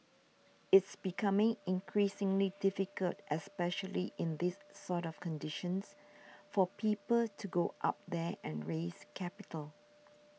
it's becoming increasingly difficult especially in these sort of conditions for people to go up there and raise capital